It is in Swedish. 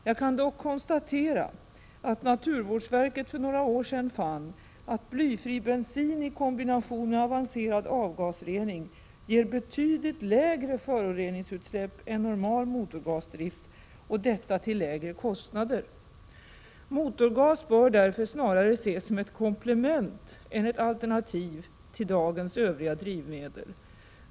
Jag kan dock konstatera att naturvårdsverket för några år sedan fann att blyfri bensin i kombination med avancerad avgasrening ger betydligt lägre föroreningsutsläpp än normal motorgasdrift, och detta till lägre kostnader. Motorgas bör därför snarare ses som ett komplement än som ett alternativ till dagens övriga drivmedel.